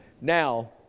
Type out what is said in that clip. Now